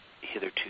hitherto